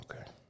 okay